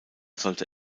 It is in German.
sollte